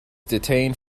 detained